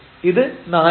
ഇത് 4 ആവും